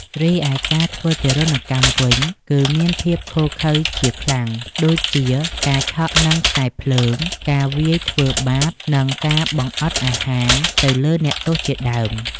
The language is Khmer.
រីឯការធ្វើទារុណកម្មវិញ គឺមានភាពឃោឃៅជាខ្លាំង ដូចជា ការឆក់នឹងខ្សែរភ្លើង ការវាយធ្វើបាប ការបង្អត់អាហារទៅលើអ្នកទោសជាដើម។